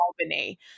Albany